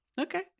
Okay